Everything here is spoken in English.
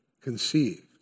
Conceived